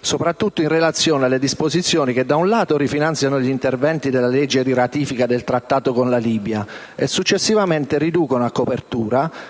soprattutto con riferimento alle disposizioni che rifinanziano gli interventi della legge di ratifica del Trattato con la Libia e, successivamente, riducono a copertura